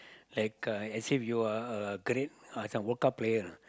like uh as if you are a great uh some World-Cup player you know